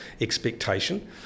expectation